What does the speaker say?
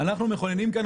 ואני אצטט כמה